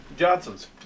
johnson's